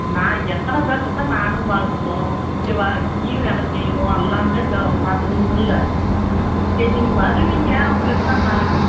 நான் எத்தனை பேர்கிட்ட தான் நானும் பார்க்கட்டும் இங்கே வா இங்கேயும் வேலை செய்யணும் எல்லாமே கா பார்த்துக்கணுமுல்ல சரி நீங்கள் வருவீங்க அப்படின்னு தான் நான்